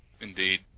Indeed